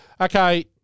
Okay